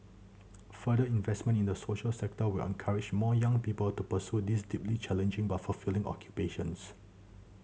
further investment in the social sector will encourage more young people to pursue these deeply challenging but fulfilling occupations